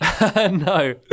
No